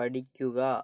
പഠിക്കുക